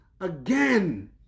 again